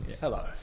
Hello